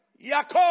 Jacob